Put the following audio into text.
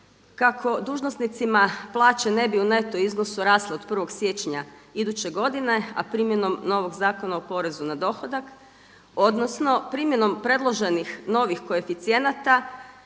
kako dužnosnicima plaće ne bi u neto iznosu rasle od 1. siječnja iduće godine a primjenom novog Zakona o porezu na dohodak, odnosno primjenom predloženih novih koeficijenata